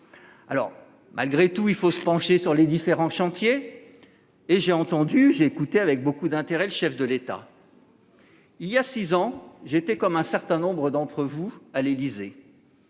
Alors malgré tout, il faut se pencher sur les différents chantiers. Et j'ai entendu, j'ai écouté avec beaucoup d'intérêt. Le chef de l'État. Il y a 6 ans j'étais comme un certain nombre d'entre vous à l'Élysée.